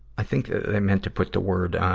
i think they meant to put the word,